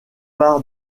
par